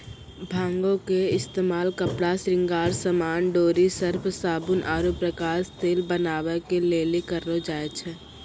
भांगो के इस्तेमाल कपड़ा, श्रृंगार समान, डोरी, सर्फ, साबुन आरु प्रकाश तेल बनाबै के लेली करलो जाय छै